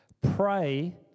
pray